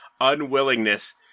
unwillingness